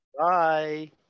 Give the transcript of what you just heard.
Bye